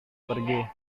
pergi